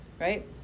right